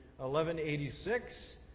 1186